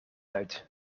uit